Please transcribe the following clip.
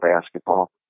basketball